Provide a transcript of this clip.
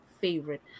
favorite